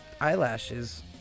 eyelashes